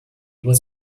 was